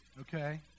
okay